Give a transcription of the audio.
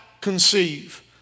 conceive